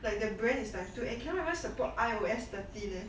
like the brand is times two and cannot support I_O_S thirteen leh